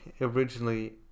originally